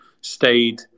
stayed